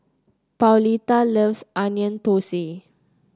Pauletta loves Onion Thosai